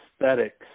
aesthetics